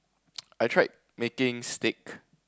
I tried making steak